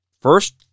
first